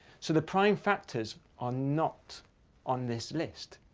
so the prime factors are not on this list.